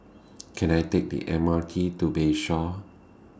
Can I Take The M R T to Bayshore